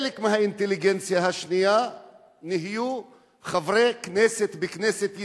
חלק מהאינטליגנציה השנייה נהיו חברי כנסת בכנסת ישראל,